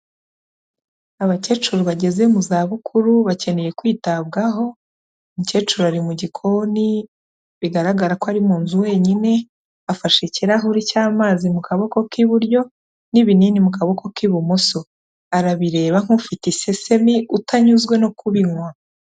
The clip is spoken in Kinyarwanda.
Abakecuru bageze mu zabukuru bakeneye kwitabwaho, umukecuru ari mu gikoni, bigaragara ko ari mu nzu wenyine, afashe ikirahuri cy'amazi mu kaboko k'iburyo n'ibinini mu kaboko k'ibumoso, arabireba nk'ufite isesemi utanyuzwe no kubinywa.